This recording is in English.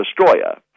destroyer